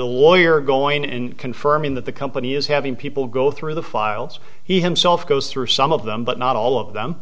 the lawyer going in confirming that the company is having people go through the files he himself goes through some of them but not all of them